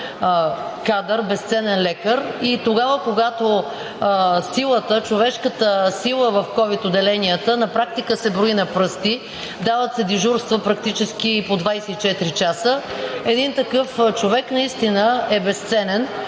кадър, безценен лекар и тогава, когато човешката сила в ковид отделенията на практика се брои на пръсти, дават се дежурства практически по 24 часа, то един такъв човек наистина е безценен.